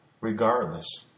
regardless